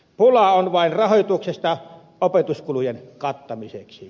pula on vain rahoituksesta opetuskulujen kattamiseksi